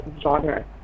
genre